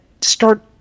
start